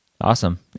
Awesome